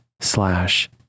slash